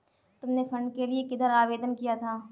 तुमने फंड के लिए किधर आवेदन किया था?